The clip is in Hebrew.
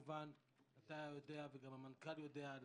אתה יודע וגם המנכ"ל יודע את